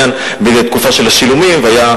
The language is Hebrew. לכל דבר, והוא